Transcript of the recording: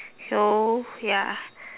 so ya